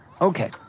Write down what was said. Okay